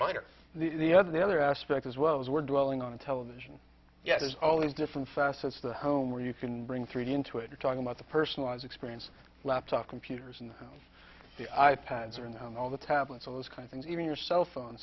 mine or the other the other aspect as well as we're drilling on television yet there's always different facets of the home where you can bring three d into it you're talking about the personalized experience laptop computers and the i pads are now all the tablets all those kind of things even your cell phone